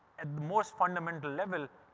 at the most fundamental level,